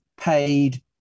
paid